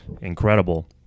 incredible